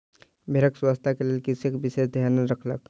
भेड़क स्वच्छता के लेल कृषक विशेष ध्यान रखलक